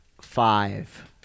five